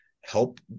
help